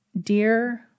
dear